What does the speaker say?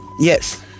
Yes